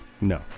No